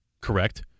correct